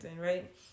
right